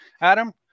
adam